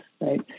right